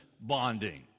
bonding